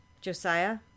Josiah